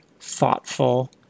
thoughtful